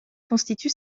constitue